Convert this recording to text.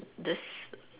this